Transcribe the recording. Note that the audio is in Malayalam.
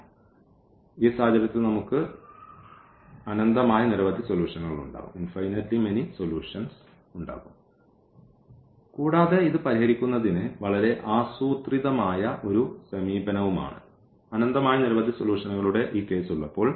അതിനാൽ ഈ സാഹചര്യത്തിൽ നമുക്ക് അനന്തമായ നിരവധി സൊലൂഷൻകൾ ഉണ്ടാകും കൂടാതെ ഇത് പരിഹരിക്കുന്നതിന് വളരെ ആസൂത്രിതമായ ഒരു സമീപനവുമാണ് അനന്തമായ നിരവധി സൊലൂഷൻകളുടെ ഈ കേസ് ഉള്ളപ്പോൾ